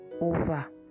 over